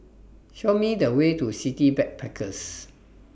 Show Me The Way to City Backpackers